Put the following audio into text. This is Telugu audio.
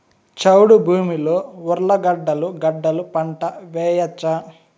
చౌడు భూమిలో ఉర్లగడ్డలు గడ్డలు పంట వేయచ్చా?